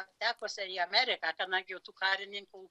patekusia į ameriką ten jau tų karininkų